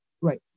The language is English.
Right